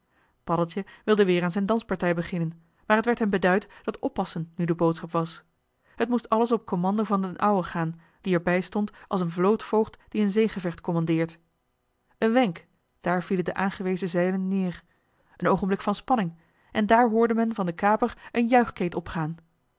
paddeltje wilde weer aan zijn danspartij beginnen maar t werd hem beduid dat oppassen nu de boodschap was t moest alles op commando van d'n ouwe gaan die er bij stond als een vlootvoogd die een zeegevecht commandeert een wenk daar vielen de aangewezen zeilen neer een oogenblik van spanning en daar hoorde men van den kaper een juichkreet opgaan